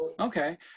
Okay